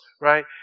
right